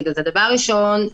דבר ראשון,